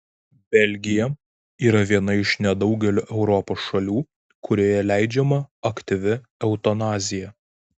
belgija yra viena iš nedaugelio europos šalių kurioje leidžiama aktyvi eutanazija